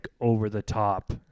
over-the-top